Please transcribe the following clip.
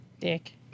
dick